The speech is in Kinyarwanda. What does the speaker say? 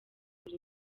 buri